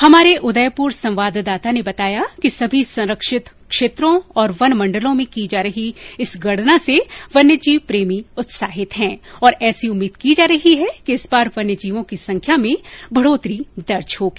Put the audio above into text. हमारे उदयपुर संवाददाता ने बताया कि सभी संरक्षित क्षेत्रों और वन मण्डलों में की जा रही इस गणना से वन्यजीव प्रेमी उत्साहित है और ऐसी उम्मीद की जा रही है कि इस बार वन्य जीवों की संख्या में बढ़ोत्तरी दर्ज होगी